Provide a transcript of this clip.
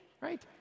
right